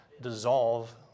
dissolve